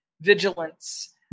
vigilance